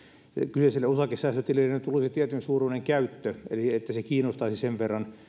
kyseiselle osakesäästötilille nyt tulisi tietynsuuruinen käyttö eli että se kiinnostaisi sen verran